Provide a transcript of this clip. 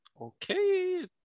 Okay